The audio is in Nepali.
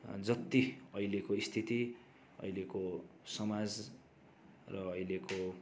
जति अहिलेको स्थिति अहिलेको समाज र अहिलेको